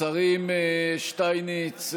השרים שטייניץ,